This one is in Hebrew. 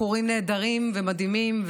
יש על מי לסמוך, בחורים נהדרים ומדהימים.